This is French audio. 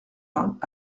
vingt